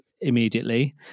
immediately